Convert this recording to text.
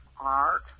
art